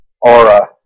aura